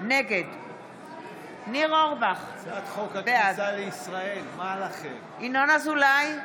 נגד ניר אורבך, בעד ינון אזולאי,